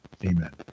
Amen